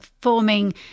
forming